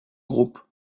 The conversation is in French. groupe